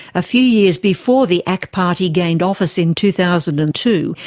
a few years before the ak party gained office in two thousand and two,